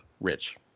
Rich